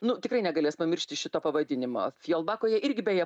nu tikrai negalės pamiršti šito pavadinimo fjolbakoje irgi beje